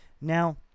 Now